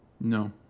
No